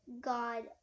god